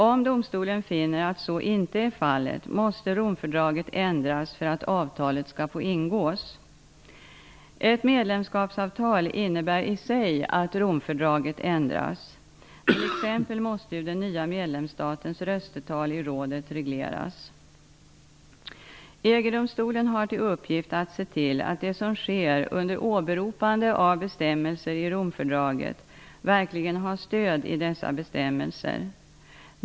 Om domstolen finner att så inte är fallet måste Romfördraget ändras för att avtalet skall få ingås . Ett medlemskapsavtal innebär i sig att Romfördraget ändras. T.ex. måste ju den nya medlemsstatens röstetal i rådet regleras. EG-domstolen har till uppgift att se till att det som sker under åberopande av bestämmelser i Romfördraget verkligen har stöd i dessa bestämmelser.